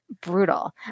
Brutal